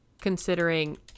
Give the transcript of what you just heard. considering